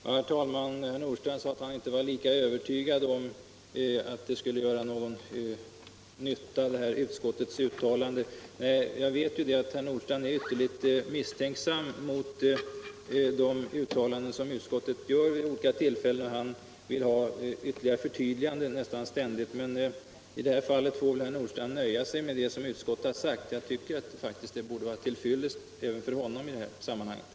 Herr talman! Herr Nordstrandh sade att han inte var lika övertygad om att utskottets uttalande skulle göra någon nytta. Nej, jag vet att herr Nordstrandh är ytterligt misstänksam mot de uttalanden utskottet gör vid olika tillfällen. Han vill ha ytterligare förtydliganden nästan ständigt. Men i detta fall får herr Nordstrandh nöja sig med vad utskottet sagt. Jag tycker faktiskt att det borde vara till fyllest även för honom i det här sammanhanget.